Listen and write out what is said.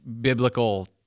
biblical